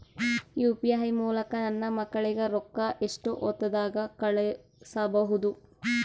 UPI ಮೂಲಕ ನನ್ನ ಮಕ್ಕಳಿಗ ರೊಕ್ಕ ಎಷ್ಟ ಹೊತ್ತದಾಗ ಕಳಸಬಹುದು?